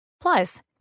Plus